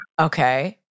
Okay